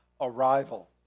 arrival